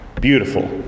beautiful